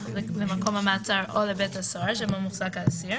למקום המעצר או לבית הסוהר שבו מוחזק האסיר,